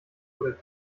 oder